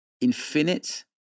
infinite